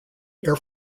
air